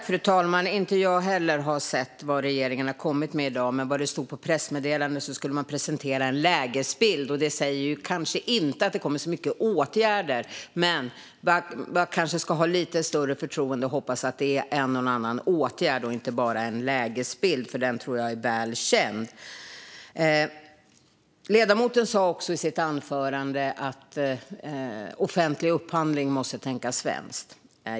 Fru talman! Inte heller jag har sett vad regeringen har kommit med i dag, men det stod i pressmeddelandet att man skulle presentera en lägesbild. Det låter alltså inte som att det kommer så mycket åtgärder. Men man kanske ska ha lite större förtroende och hoppas på att det presenteras en och annan åtgärd och inte bara en lägesbild, som jag tror är väl känd. Ledamoten sa också i sitt anförande att man i offentlig upphandling måste tänka svenskt.